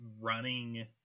running